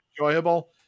enjoyable